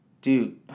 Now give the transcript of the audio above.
Dude